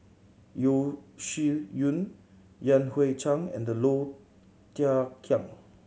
Yeo Shih Yun Yan Hui Chang and Low Thia Khiang